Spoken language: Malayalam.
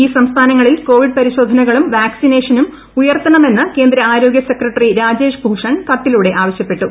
ഈ സംസ്ഥാനങ്ങളിൽ കോവിഡ് പരിശോധനകളും വാക്സിനേഷനും ഉയർത്തണമെന്ന് കേന്ദ്ര ആരോഗൃ സെക്രട്ടറി രാജേഷ് ഭൂഷൺ കത്തിലൂടെ ആവശ്യപ്പെട്ടു